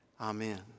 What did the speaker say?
Amen